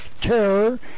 terror